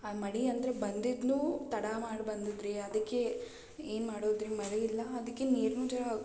ಆ ಮಳೆ ಅಂದರೆ ಬಂದಿದನ್ನೂ ತಡ ಮಾಡಿ ಬಂದಿದ್ರಿ ಅದಕ್ಕೆ ಏನು ಮಾಡೋದು ರೀ ಮಳೆ ಇಲ್ಲ ಅದಕ್ಕೆ ನೀರಿಂದು